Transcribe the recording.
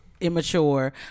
immature